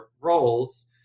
roles